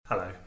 Hello